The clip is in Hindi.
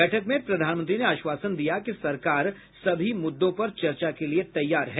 बैठक में प्रधानमंत्री ने आश्वासन दिया कि सरकार सभी मुद्दों पर चर्चा के लिए तैयार है